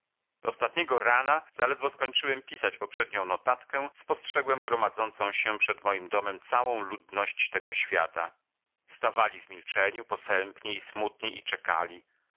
ostatniego rana zaledwo skończyłem pisać poprzednią notatkę spostrzegłem gromadzącą się przed moim domem całą ludność tego świata stawali w milczeniu posępni i smutni i czekali